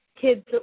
kids